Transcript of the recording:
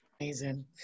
amazing